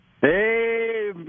Hey